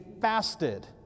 fasted